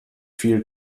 viel